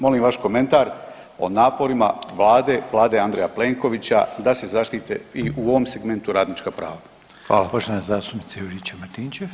Molim vaš komentar o naporima Vlade, Vlade Andreja Plenkovića da se zaštite i u ovom segmentu radnička prava.